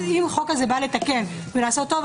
אם החוק הזה בא לתקן ולעשות טוב,